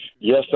Yes